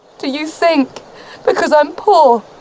do you think because i'm poor,